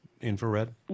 infrared